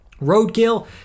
Roadkill